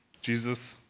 Jesus